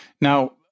Now